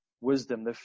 wisdom